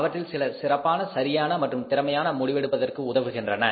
அவற்றில் சில சிறப்பான சரியான மற்றும் திறமையான முடிவெடுப்பதற்கு உதவுகின்றன